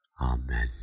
Amen